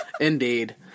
Indeed